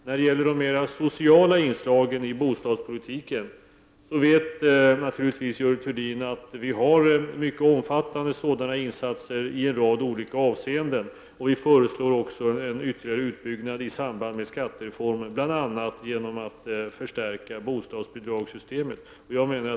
När det gäller de mera sociala inslagen i bostadspolitiken vet Görel Thurdin naturligtvis att det görs mycket omfattande sådana insatser i en rad olika avseenden, och det föreslås också en ytterligare utbyggnad i samband med skattereformen, bl.a. genom en förstärkning av bostadsbidragssystemet.